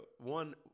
one